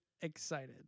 excited